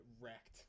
wrecked